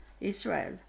Israel